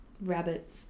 rabbit